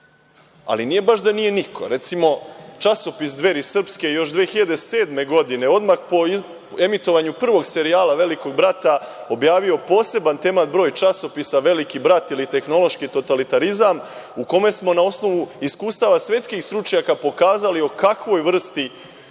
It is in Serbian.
Ali, nije baš da nije niko. Recimo, časopis „Dveri srpske“ još 2007. godine, odmah po emitovanju prvog serijala „Velikog brata“, objavio je poseban broj časopisa „Veliki brat ili tehnološki totalitarizam“, u kome smo na osnovu iskustava svetskih stručnjaka pokazali o kakvoj vrsti